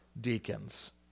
deacons